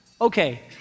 Okay